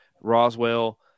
Roswell